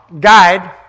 guide